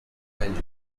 angeles